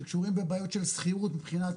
שקשורים בבעיות של סחירות מבחינת